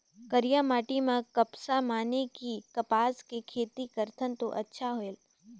करिया माटी म कपसा माने कि कपास के खेती करथन तो अच्छा होयल?